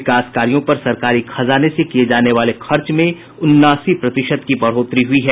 विकास कार्यों पर सरकारी खजाने से किये जाने वाले खर्च में उनासी प्रतिशत बढोतरी हुई है